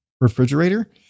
refrigerator